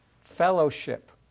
fellowship